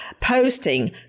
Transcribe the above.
posting